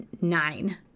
nine